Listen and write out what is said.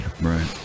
Right